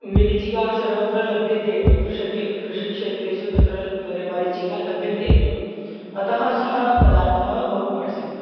मरीचिका सर्वत्र लभ्यते एव कृषके कृषिक्षेत्रेषु तत्र मिरि मरीचिका लभ्यते एव अतः सः पदार्थः बहु प्रसिद्धः